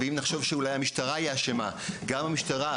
ואם נחשוב שהמשטרה היא האשמה אז זו לא המסקנה הנכונה.